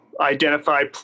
identify